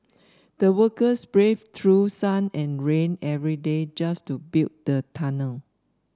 the workers braved through sun and rain every day just to build the tunnel